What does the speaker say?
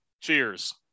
cheers